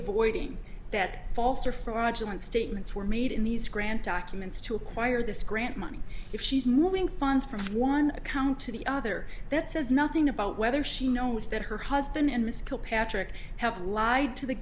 avoiding that false or fraudulent statements were made in these grand documents to acquire this grant money if she's moving funds from one account to the other that says nothing about whether she knows that her husband and his kilpatrick have lied to the